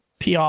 PR